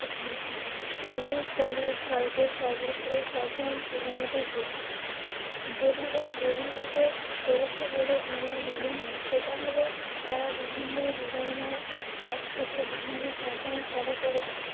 Bollywood Tollywood ভারতের সর্বত্র fashion প্রবণতাকে যেভাবে প্রভাবিত করেছে বলে আমার মনে হয় সেটা হলো তারা বিভিন্ন ডিজাইনার কাছ থেকে বিভিন্ন ফ্যাশান ফলো করেছে